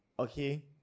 okay